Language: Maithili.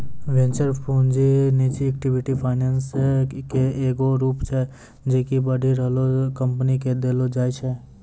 वेंचर पूंजी निजी इक्विटी फाइनेंसिंग के एगो रूप छै जे कि बढ़ि रहलो कंपनी के देलो जाय छै